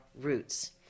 Roots